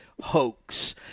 hoax